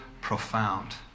profound